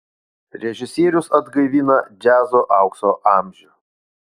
režisierius atgaivina džiazo aukso amžių